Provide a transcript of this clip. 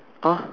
ah